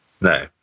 No